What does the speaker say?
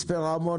מצפה רמון,